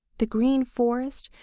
the green forest,